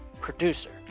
producer